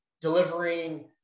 delivering